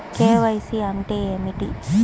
KYC అంటే ఏమిటి?